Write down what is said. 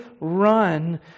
run